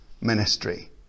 ministry